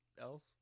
else